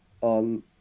on